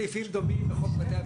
סעיפים דומים בחוק בתי המשפט,